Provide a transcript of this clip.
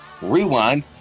Rewind